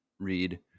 read